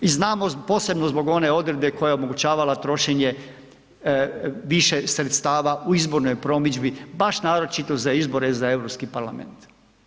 I znamo posebno zbog one odredbe koja je omogućavala trošenje više sredstava u izbornoj promidžbi baš naročito za izbore za Europski parlament.